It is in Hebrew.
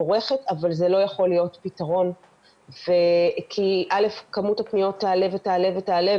יכולים לבקש ומה הם לא יכולים לבקש ואיך הדרך לעשות את זה.